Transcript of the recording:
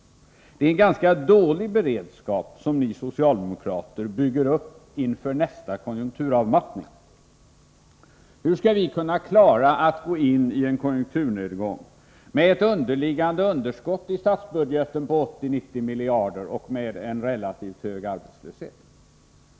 Det är en ganska dålig beredskap som ni socialdemokrater bygger upp inför nästa konjunkturavmattning. Hur skall vi kunna klara av att gå in i en konjunkturnedgång med ett underliggande underskott i statsbudgeten på 80-90 miljarder kronor och med en relativt hög arbetslöshet?